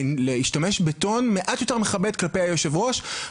להשתמש בטון מעט יותר מכבד כלפי היושב-ראש,